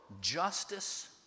justice